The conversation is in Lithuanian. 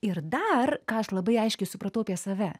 ir dar ką aš labai aiškiai supratau apie save